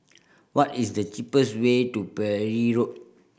what is the cheapest way to Parry Road